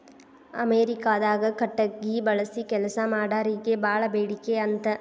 ಅಮೇರಿಕಾದಾಗ ಕಟಗಿ ಬಳಸಿ ಕೆಲಸಾ ಮಾಡಾರಿಗೆ ಬಾಳ ಬೇಡಿಕೆ ಅಂತ